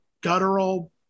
guttural